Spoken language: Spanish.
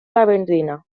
garmendia